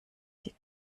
sie